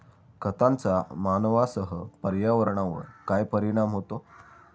खतांचा मानवांसह पर्यावरणावर काय परिणाम होतो?